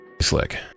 Slick